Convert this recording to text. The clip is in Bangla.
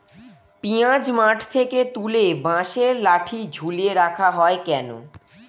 পিঁয়াজ মাঠ থেকে তুলে বাঁশের লাঠি ঝুলিয়ে রাখা হয় কেন?